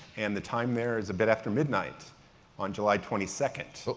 and the time there is a bit after midnight on july twenty second. but